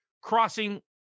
crossing